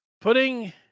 Putting